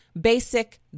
basic